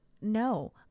No